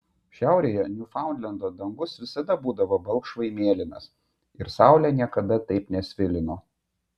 šiaurėje niufaundlendo dangus visada būdavo balkšvai mėlynas ir saulė niekada taip nesvilino